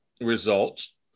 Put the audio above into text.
results